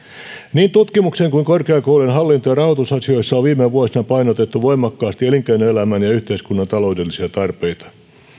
niin tutkimuksen kuin korkeakoulujen hallinto ja rahoitusasioissa on viime vuosina painotettu voimakkaasti elinkeinoelämän ja ja yhteiskunnan taloudellisia tarpeita